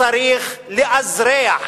צריך לאזרח